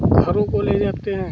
घरों को ले जाते हैं